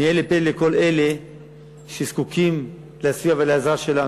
נהיה לפה לכל אלה שזקוקים לסיוע ולעזרה שלנו.